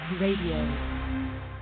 radio